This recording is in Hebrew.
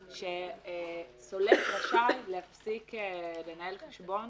סוֹלק רשאי להפסיק לנהל חשבון